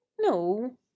no